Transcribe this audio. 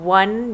one